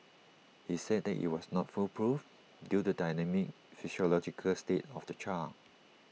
he said that IT was not foolproof due to the dynamic psychological state of the child